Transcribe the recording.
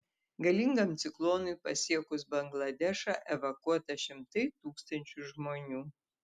galingam ciklonui pasiekus bangladešą evakuota šimtai tūkstančių žmonių